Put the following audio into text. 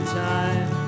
time